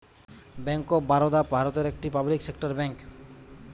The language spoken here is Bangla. ব্যাংক অফ বারোদা ভারতের একটা পাবলিক সেক্টর ব্যাংক